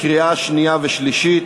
קריאה שנייה ושלישית.